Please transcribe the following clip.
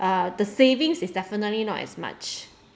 uh the savings is definitely not as much